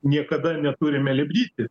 niekada neturime lipdyti